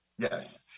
Yes